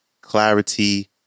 clarity